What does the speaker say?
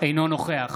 אינו נוכח